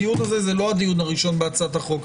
הדיון הזה הוא לא הדיון הראשון בהצעת החוק.